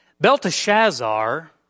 Belteshazzar